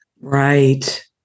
Right